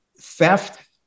Theft